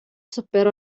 swper